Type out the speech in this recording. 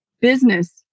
business